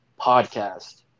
podcast